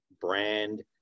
brand